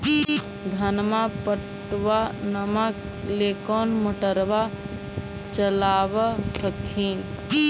धनमा पटबनमा ले कौन मोटरबा चलाबा हखिन?